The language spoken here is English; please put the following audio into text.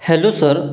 hello sir